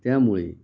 त्यामुळे